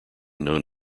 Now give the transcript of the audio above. known